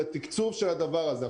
לתקצוב של הדבר הזה.